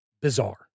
bizarre